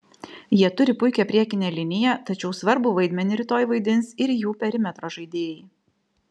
jie turi puikią priekinę liniją tačiau svarbų vaidmenį rytoj vaidins ir jų perimetro žaidėjai